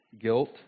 guilt